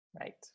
Right